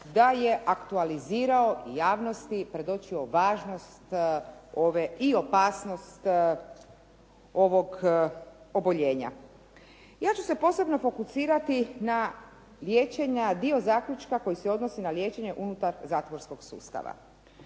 da je aktualizirao javnosti i predočio važnost ove i opasnost ovog oboljenja. Ja ću se posebno fokusirati na dio zaključka koji se odnosi na liječenje unutar zatvorskog sustava.